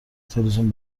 تلویزیون